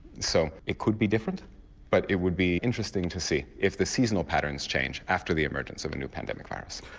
so it could be different but it would be interesting to see if the seasonal patterns change after the emergence of a new pandemic virus.